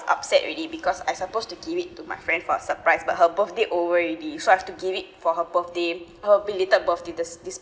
upset already because I supposed to give it to my friend for a surprise but her birthday over already so I have to give it for her birthday her belated birthday does this